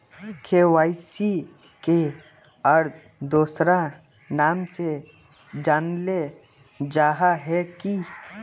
KYC के आर दोसरा नाम से जानले जाहा है की?